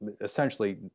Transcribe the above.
essentially